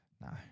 No